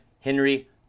Henry